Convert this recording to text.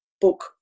book